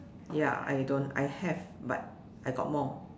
ya I don't I have but I got more